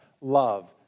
love